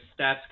stats